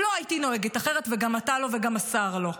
לא הייתי נוהגת אחרת, וגם אתה לא, וגם השר לא.